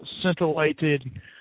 scintillated